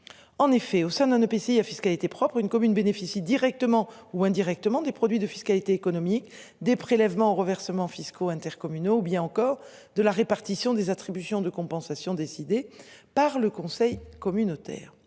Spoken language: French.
En effet, au sein d'un EPCI, il a fait ce qu'elle était propre, une commune bénéficie directement ou indirectement, des produits de fiscalité économique des prélèvements. Fiscaux intercommunaux ou bien encore de la répartition des attributions de compensation décidée par le conseil communautaire